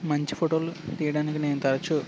మంచి ఫోటోలు తీయడానికి నేను తరచు